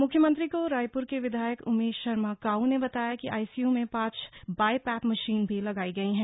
मुख्यमंत्री को रायपुर के विधायक उमेश शर्मा काऊ ने बताया कि आईसीयू में पांच बाईपेप मशीन भी लगाई गई हैं